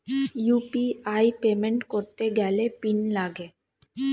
UPI payment করতে গেলে PIN লাগে